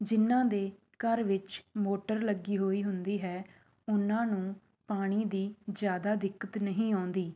ਜਿਨਾਂ ਦੇ ਘਰ ਵਿੱਚ ਮੋਟਰ ਲੱਗੀ ਹੋਈ ਹੁੰਦੀ ਹੈ ਉਨਾਂ ਨੂੰ ਪਾਣੀ ਦੀ ਜ਼ਿਆਦਾ ਦਿੱਕਤ ਨਹੀਂ ਆਉਂਦੀ